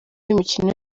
imikino